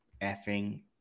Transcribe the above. effing